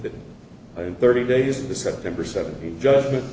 within thirty days of the september seventh judgment